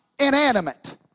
inanimate